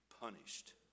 punished